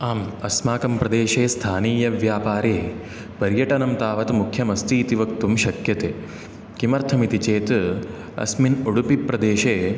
आम् अस्माकं प्रदेशे स्थानीयव्यापारे पर्यटनं तावत् मुख्यमस्तीति वक्तुं शक्यते किमर्थमिति चेत् अस्मिन् उडुपिप्रदेशे